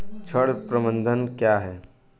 ऋण प्रबंधन क्या है?